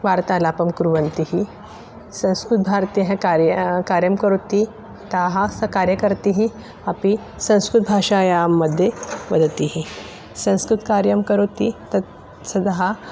वार्तालापं कुर्वन्ति संस्कृतभारत्याः कार्यं कार्यं करोति ताः स कार्यकर्त्री अपि संस्कृतभाषायां मध्ये वदति संस्कृतकार्यं करोति तत् सदः